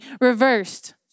reversed